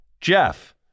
Jeff